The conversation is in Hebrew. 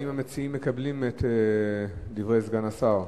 האם המציעים מקבלים את דברי סגן השר?